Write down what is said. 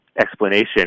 explanation